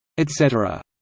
etc.